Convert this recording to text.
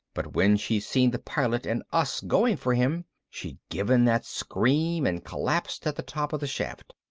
but when she'd seen the pilot and us going for him she'd given that scream and collapsed at the top of the shaft.